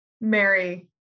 Mary